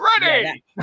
ready